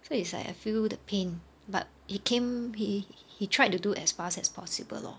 so it's like I feel the pain but it came he he tried to do as fast as possible lor